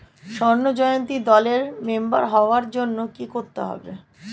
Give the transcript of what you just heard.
স্বর্ণ জয়ন্তী দলের মেম্বার হওয়ার জন্য কি করতে হবে?